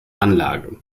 anlage